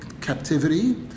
captivity